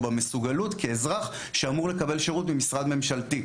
או במסוגלות כאזרח שאמור לקבל שירות במשרד ממשלתי.